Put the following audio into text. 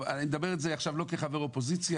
אני אומר את זה עכשיו לא כחבר באופוזיציה.